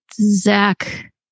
Zach